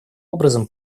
образом